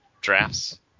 drafts